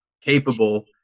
capable